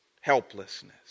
Helplessness